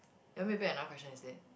you want me pick another question is it